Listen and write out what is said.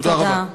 תודה רבה.